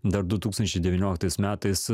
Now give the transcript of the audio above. dar du tūkstančiai devynioliktais metais